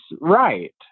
right